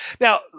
Now